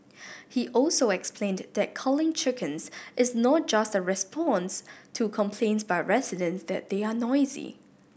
he also explained that culling chickens is not just a response to complaints by residents that they are noisy